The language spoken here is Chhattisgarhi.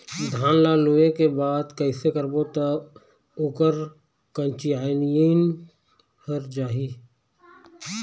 धान ला लुए के बाद कइसे करबो त ओकर कंचीयायिन हर जाही?